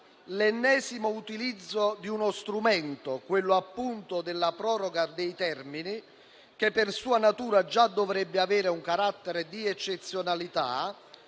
«l'ennesimo utilizzo di uno strumento, quello appunto della proroga dei termini, che per sua natura già dovrebbe avere un carattere di eccezionalità,